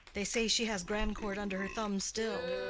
they say she has grandcourt under her thumb still,